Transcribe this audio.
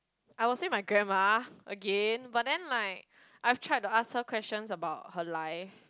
I will say my grandma again but then like I have tried to ask her questions about her life